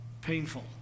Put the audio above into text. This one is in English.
painful